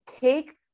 take